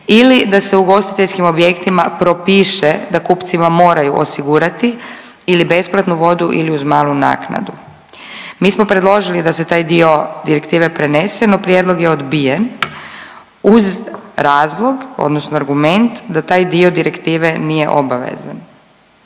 ili da se ugostiteljskim objektima propiše da kupcima moraju osigurati ili besplatnu vodu ili uz malu naknadu. Mi smo predložili da se taj dio direktive prenese, no prijedlog je odbijen uz razlog odnosno argument da taj dio direktive nije obavezan.